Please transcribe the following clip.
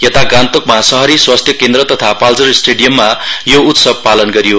यता गान्तोकमा शहरी स्वास्थ्य केन्द्र तथा पाल्जर स्टेडियममा यो उत्सव पालन गरियो